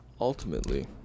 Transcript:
ultimately